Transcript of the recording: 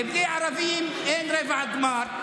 בלי ערבים אין רבע גמר.